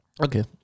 Okay